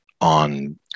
on